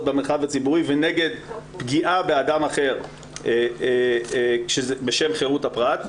במרחב הציבורי ונגד פגיעה באדם אחר בשם חירות הפרט.